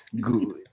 good